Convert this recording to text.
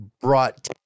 brought